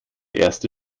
erste